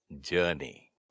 journey